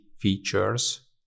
features